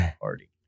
party